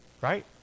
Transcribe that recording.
right